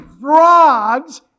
frogs